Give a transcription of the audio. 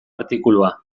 artikulua